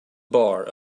bar